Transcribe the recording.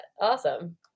awesome